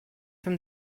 from